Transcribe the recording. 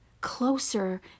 closer